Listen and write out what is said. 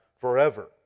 forever